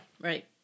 Right